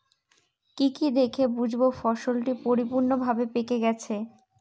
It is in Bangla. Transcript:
কি কি দেখে বুঝব ফসলটি পরিপূর্ণভাবে পেকে গেছে?